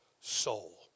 soul